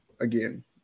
again